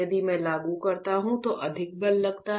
यदि मैं लागू करता हूं तो अधिक बल लगता है